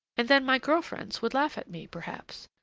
and then my girl friends would laugh at me, perhaps,